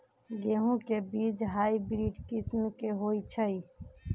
गेंहू के बीज हाइब्रिड किस्म के होई छई?